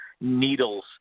needles